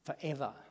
forever